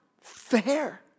fair